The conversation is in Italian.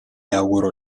auguro